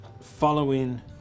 following